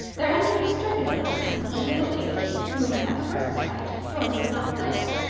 there entered a sturdy little man of middle age whom at first sight george could not place.